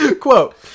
quote